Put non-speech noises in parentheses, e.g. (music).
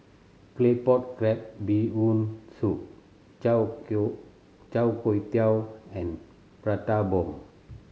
Claypot Crab Bee Hoon Soup char (unintelligible) Char Kway Teow and Prata Bomb